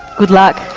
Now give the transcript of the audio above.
good luck.